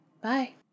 bye